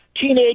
teenage